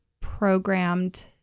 programmed